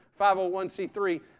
501c3